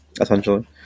essentially